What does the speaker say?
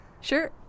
Sure